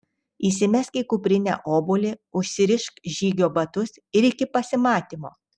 įsimesk į kuprinę obuolį užsirišk žygio batus ir iki pasimatymo